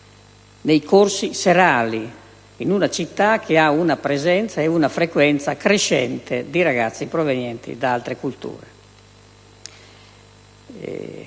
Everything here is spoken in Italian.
dei corsi serali in una città che ha una presenza e una frequenza crescente di ragazzi provenienti da altre culture.